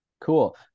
Cool